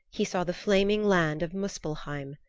he saw the flaming land of muspelheim.